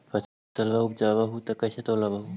फसलबा उपजाऊ हू तो कैसे तौउलब हो?